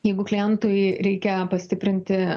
jeigu klientui reikia pastiprinti